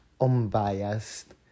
unbiased